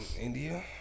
India